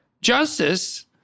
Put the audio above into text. justice